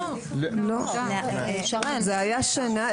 זאת הייתה שנה,